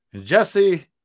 Jesse